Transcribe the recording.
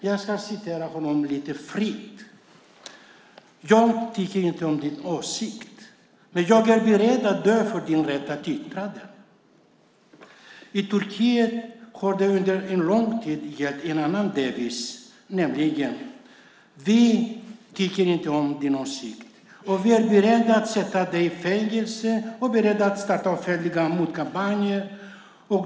Jag ska citera honom fritt: Jag tycker inte om din åsikt, men jag är beredd att dö för din rätt att yttra den. I Turkiet har under lång tid en annan devis gällt, nämligen: Vi tycker inte om din åsikt, och vi är beredda att sätta dig i fängelse och starta offentliga motkampanjer.